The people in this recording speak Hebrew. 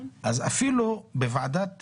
אז אפילו בוועדת שחרורים,